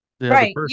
right